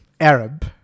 Arab